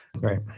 Right